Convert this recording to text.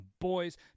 boys